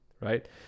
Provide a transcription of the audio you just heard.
right